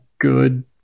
good